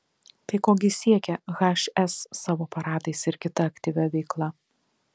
tai ko gi siekia hs savo paradais ir kita aktyvia veikla